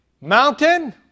Mountain